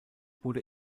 wurde